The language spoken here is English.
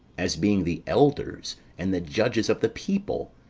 as being the elders, and the judges of the people,